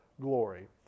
glory